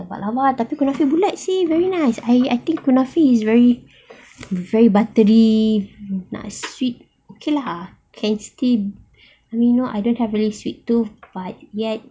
but baklava tapi kalau let's say very nice I I think kunafe is very buttery not sweet okay lah can still I mean I don't have any sweet tooth but yet